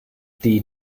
die